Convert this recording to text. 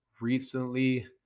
recently